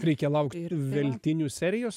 reikia laukt ir veltinių serijos